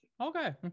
Okay